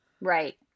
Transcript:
Right